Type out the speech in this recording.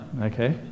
Okay